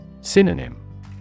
Synonym